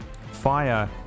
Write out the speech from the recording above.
fire